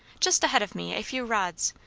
just ahead of me a few rods.